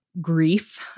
Grief